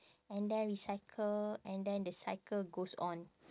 and then recycle and then the cycle goes on